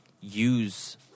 use